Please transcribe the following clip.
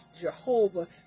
Jehovah